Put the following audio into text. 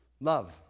Love